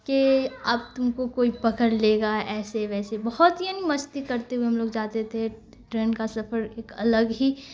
کہ اب تم کو کوئی پکڑ لے گا ایسے ویسے بہت یعنی مستی کرتے ہوئے ہم لوگ جاتے تھے ٹرین کا سفر ایک الگ ہی